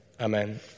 Amen